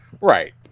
Right